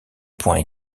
points